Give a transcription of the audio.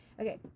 Okay